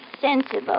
sensible